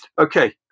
Okay